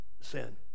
sin